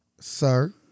Sir